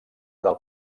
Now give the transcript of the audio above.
del